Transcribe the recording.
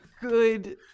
good